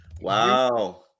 wow